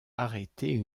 arrêter